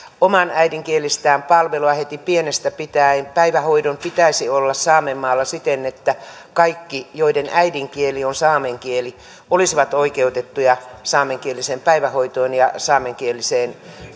omalla äidinkielellään palvelua heti pienestä pitäen päivähoidon pitäisi olla saamenmaalla siten että kaikki joiden äidinkieli on saamen kieli olisivat oikeutettuja saamenkieliseen päivähoitoon ja saamenkieliseen